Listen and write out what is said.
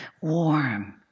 warm